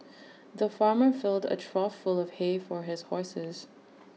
the farmer filled A trough full of hay for his horses